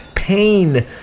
pain